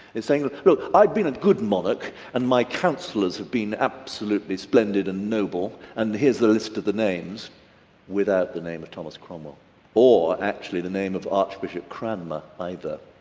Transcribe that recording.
he's saying, well i'd been a good monarch and my counsellors have been absolutely splendid and noble and here's the list of the names without the name of thomas cromwell or actually the name of archbishop cranmer either.